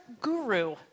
guru